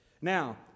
Now